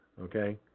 okay